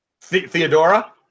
Theodora